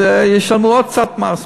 אז ישלמו עוד קצת מס.